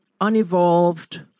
unevolved